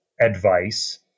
advice